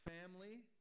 family